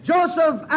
Joseph